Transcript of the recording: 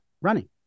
running